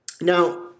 Now